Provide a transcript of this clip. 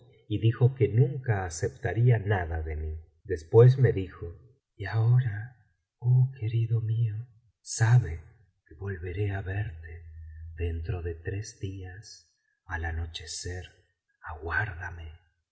y dijo que nunca aceptaría nada de mí después me dijo y ahora oh querido mío sabe que volveré á verte dentro de tres días al anochecer aguárdame